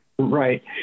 Right